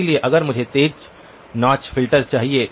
इसलिए अगर मुझे तेज नॉच फिल्टर चाहिए